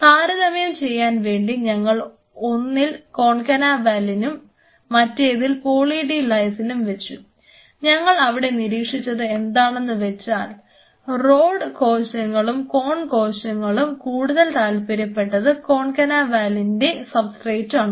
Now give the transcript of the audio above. താരതമ്യം ചെയ്യാൻ വേണ്ടി ഞങ്ങൾ ഒന്നിൽ കോൺകന വാലിനും മറ്റേതിൽ പോളി ഡി ലൈസിനും വെച്ചു ഞങ്ങൾ അവിടെ നിരീക്ഷിച്ചത് എന്താണെന്ന് വെച്ചാൽ റോഡ് കോശങ്ങളും കോൺ കോശങ്ങളും കൂടുതലും താൽപര്യപ്പെട്ടത് കോൺകന വാലിന്റെ സബ്സ്ട്രേറ്റ് ആണ്